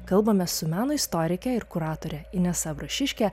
kalbamės su meno istorike ir kuratore inesa brašiške